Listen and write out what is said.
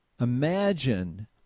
imagine